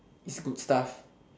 it's good stuff